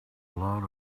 lot